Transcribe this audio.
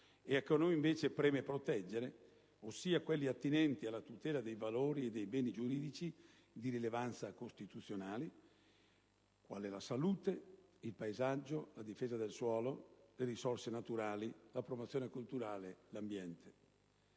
e che a noi invece preme proteggere, ossia quelli attinenti alla tutela dei valori e dei beni giuridici di rilevanza costituzionale quali la salute, il paesaggio, la difesa del suolo e delle risorse naturali, la promozione culturale, l'ambiente.